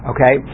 Okay